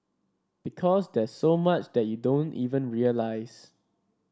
because there's so much you don't even realise